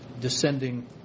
descending